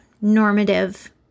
normative